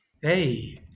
hey